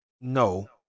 no